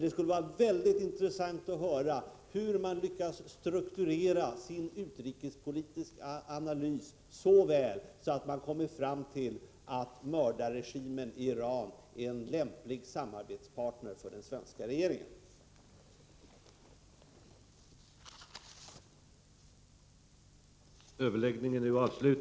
Är statsrådet beredd att i årsprotokollsförhandlingarna med Tjeckoslovakien ta upp de problem det tjeckiska agerandet vållar på den svenska marknaden och på den svenska försörjningsberedskapen?